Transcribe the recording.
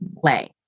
play